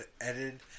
edited